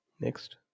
next